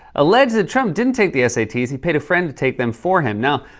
alleged that trump didn't take the sats. he paid a friend to take them for him. now,